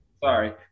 sorry